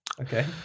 okay